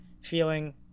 feeling